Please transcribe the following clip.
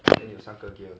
有三个 gear